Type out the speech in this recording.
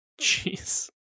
Jeez